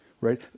Right